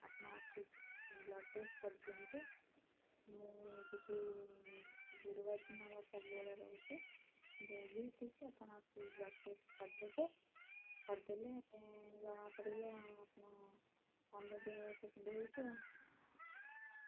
ଆପଣ ଆସିକି blood test କରିଦିଅନ୍ତୁ ମୁଁ ଯିବି ଗୁରୁବାର ଦିନ ମୋର ସବୁବେଳେ ରହୁଛି ଯଦି ଠିକ୍ ସେ ଆପଣ ବ୍ଲଡ଼୍ ଟେଷ୍ଟ କରିଦେବେ କରିଦେଲେ ସେଇ ଜଣାପଡ଼ିବ ମୁଁ ପନ୍ଦର ଦିନରୁ ତ କୁଣ୍ଡାଇ ହେଉଛି ଆଉ